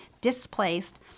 displaced